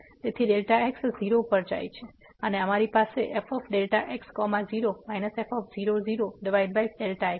તેથી Δx 0 પર જાય છે અને અમારી પાસે fΔx0 f00Δx છે